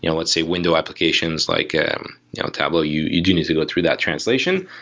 you know let's say, window applications, like tableau, you need you need to go through that translation.